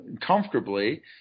comfortably